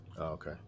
Okay